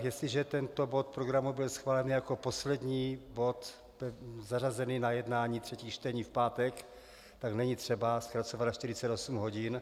Jestliže tento bod programu byl schválen jako poslední bod zařazený na jednání třetích čtení v pátek, tak není třeba zkracovat na 48 hodin.